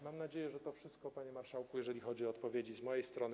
Mam nadzieję, że to wszystko, panie marszałku, jeśli chodzi o odpowiedzi z mojej strony.